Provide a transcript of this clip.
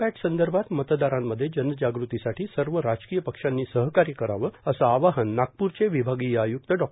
पॅट संदर्भात मतदारांमध्ये जनजाग़तीसाठी सर्व राजकीय पक्षांनी सहकार्य करावे असे आवाहन नागप्रचे विभागीय आय्क्त डॉ